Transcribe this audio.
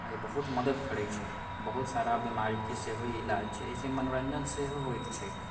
आ ई बहुत मदद करैत छै बहुत सारा बीमारीके सेहो इलाज छै एहि से मनोरञ्जन सेहो होइत छैक